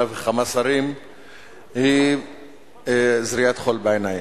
וכמה שרים היא זריית חול בעיניים,